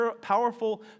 powerful